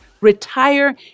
retire